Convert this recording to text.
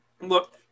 Look